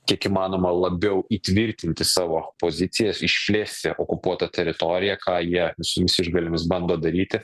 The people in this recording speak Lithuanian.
kiek įmanoma labiau įtvirtinti savo pozicijas išplėsti okupuotą teritoriją ką jie visomis išgalėmis bando daryti